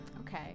Okay